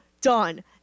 done